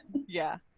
yeah,